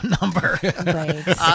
number